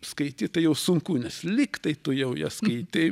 skaityt tai jau sunku nes lyg tai tu jau ją skaitei